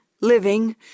living